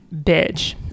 bitch